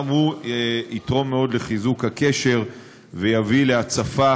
גם הוא יתרום מאוד לחיזוק הקשר ויביא להצפה